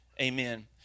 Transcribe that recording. Amen